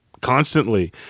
constantly